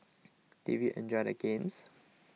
did we enjoy the games